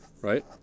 right